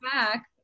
back